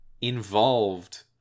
involved